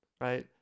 right